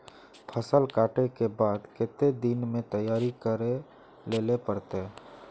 फसल कांटे के बाद कते दिन में तैयारी कर लेले पड़ते?